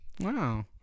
Wow